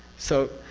so,